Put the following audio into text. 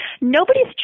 nobody's